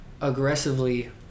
aggressively